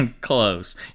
close